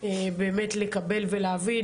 באמת לקבל ולהבין,